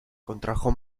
contrajo